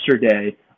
yesterday